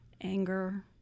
anger